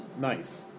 Nice